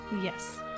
Yes